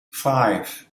five